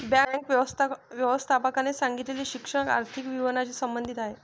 bank व्यवस्थापकाने सांगितलेली शिल्लक आर्थिक विवरणाशी संबंधित आहे